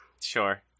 Sure